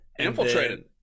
Infiltrated